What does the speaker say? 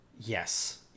Yes